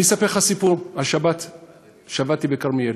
אני אספר לך סיפור: השבת שבתתי בכרמיאל,